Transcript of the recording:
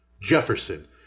Jefferson